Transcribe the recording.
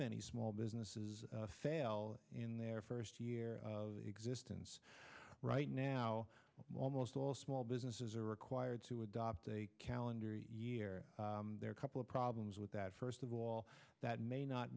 many small businesses fail in their first year existence right now almost all small businesses are required to adopt a calendar year couple of problems with that first of all that may not